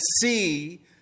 see